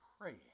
praying